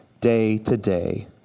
day-to-day